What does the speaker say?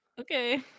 Okay